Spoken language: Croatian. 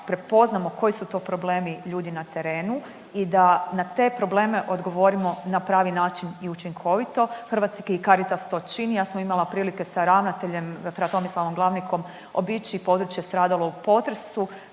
prepoznamo koji su to problemi ljudi na terenu i da na te probleme odgovorimo na pravi način i učinkovito. Hrvatski Caritas to čini. Ja sam imala prilike sa ravnateljem fra Tomislavom Glavnikom obići područje stradalo u potresu,